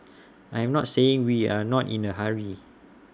I'm not saying we are not in A hurry